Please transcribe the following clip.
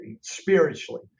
spiritually